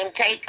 Take